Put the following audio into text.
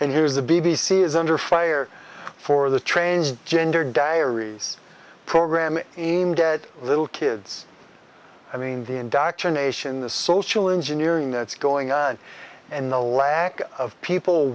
and here is the b b c is under fire for the trains gender diaries program aimed at little kids i mean the indoctrination the social engineering that's going on and the lack of people